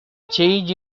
change